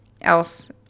else